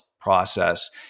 process